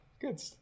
Good